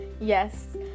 Yes